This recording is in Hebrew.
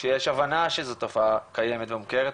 שיש הבנה שזו תופעה קיימת ומוכרת,